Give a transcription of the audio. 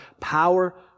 Power